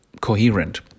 coherent